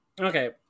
Okay